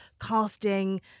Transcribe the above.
casting